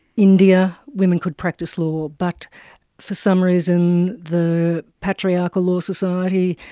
india, women could practice law. but for some reason the patriarchal law society,